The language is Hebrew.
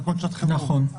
תקנות שעת חירום בחוק,